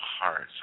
hearts